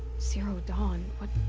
zero dawn what.